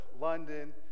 London